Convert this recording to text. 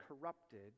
corrupted